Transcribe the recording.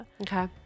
okay